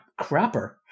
Crapper